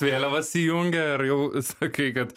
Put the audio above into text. vėliavas įjungia ir jau sakai kad